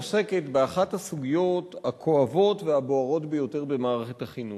הצעת החוק עוסקת באחת הסוגיות הכואבות והבוערות ביותר במערכת החינוך,